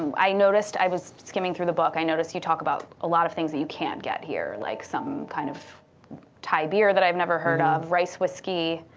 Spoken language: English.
and i noticed i was skimming through the book, i noticed you talk about a lot of things that you can't get here, like some kind of thai beer that i've never heard of, rice whiskey.